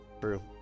True